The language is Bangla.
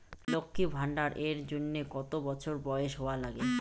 লক্ষী ভান্ডার এর জন্যে কতো বছর বয়স হওয়া লাগে?